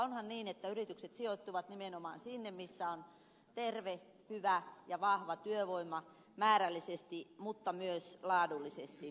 onhan niin että yritykset sijoittuvat nimenomaan sinne missä on terve hyvä ja vahva työvoima määrällisesti mutta myös laadullisesti